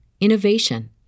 innovation